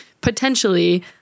potentially